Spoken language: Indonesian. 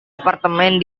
apartemen